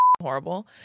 horrible